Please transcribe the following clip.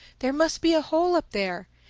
there must be a hole up there.